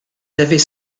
avaient